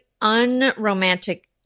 unromantic